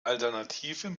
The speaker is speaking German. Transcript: alternativen